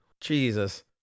Jesus